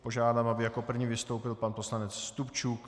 Požádám, aby jako první vystoupil pan poslanec Stupčuk.